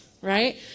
right